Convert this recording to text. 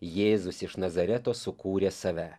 jėzus iš nazareto sukūrė save